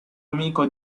amico